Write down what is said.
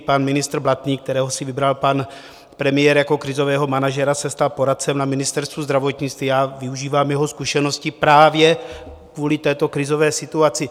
Pan ministr Blatný, kterého si vybral pan premiér jako krizového manažera, se stal poradcem na Ministerstvu zdravotnictví a já využívám jeho zkušeností právě kvůli této krizové situaci.